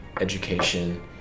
education